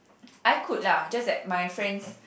I could lah just that my friends